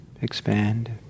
expand